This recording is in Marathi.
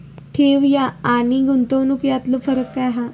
ठेव आनी गुंतवणूक यातलो फरक काय हा?